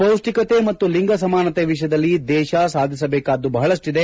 ಪೌಷ್ಟಿಕತೆ ಮತ್ತು ಲಿಂಗ ಸಮಾನತೆ ವಿಷಯದಲ್ಲಿ ದೇತ ಸಾಧಿಸಬೇಕಾದ್ದು ಬಹಳಷ್ಟದೆ